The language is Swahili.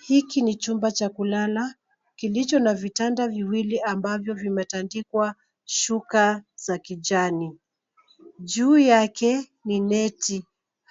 Hiki ni chumba cha kulala kilicho na vitanda viwili ambavyo vimetandikwa shuka za kijani. Juu yake ni net